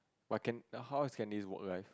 but can how is Candy's work life